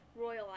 royal